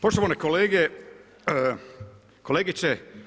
Poštovani kolege, kolegice.